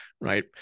right